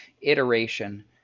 Iteration